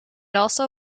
also